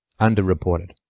Underreported